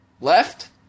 left